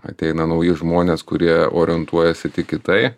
ateina nauji žmonės kurie orientuojasi tik į tai